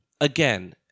again